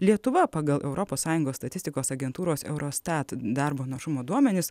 lietuva pagal europos sąjungos statistikos agentūros eurostat darbo našumo duomenis